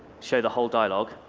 show the whole dialogue.